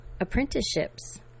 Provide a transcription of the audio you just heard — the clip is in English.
apprenticeships